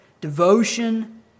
devotion